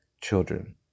children